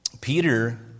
Peter